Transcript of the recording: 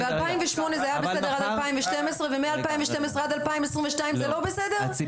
אז בשנת 2008 זה היה בסדר עד לשנת 2012 ומאז 2012 ועד 2022 זה לא בסדר?